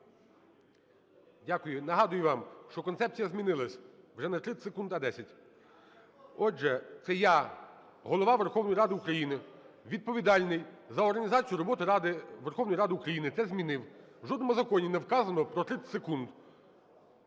Дякую. Нагадую вам, що концепція змінилася: вже не 30 секунд, а 10. Отже, це я, Голова Верховної Ради України, відповідальний за організацію роботи Ради, Верховної Ради України, це змінив. В жодному законі не вказано про 30 секунд,